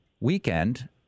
weekend